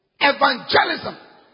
evangelism